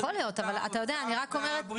יכול להיות, אבל אתה יודע אני רק אומרת מה.